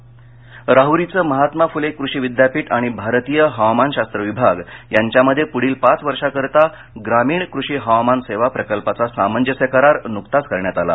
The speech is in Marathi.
करार अहमदनगर महात्मा फुले कृषि विद्यापीठ राहरी आणि भारतीय हवामानशास्त्र विभाग यांच्यामध्ये पुढील पाच वर्षाकरीता ग्रामिण कृषि हवामान सेवा प्रकल्पाचा सामंजस्य करार नुकताच करण्यात आला